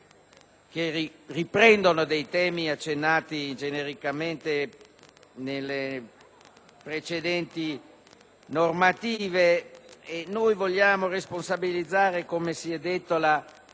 che riprendono dei temi accennati genericamente nelle precedenti normative. Noi vogliamo responsabilizzare la dirigenza